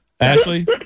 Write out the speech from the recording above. Ashley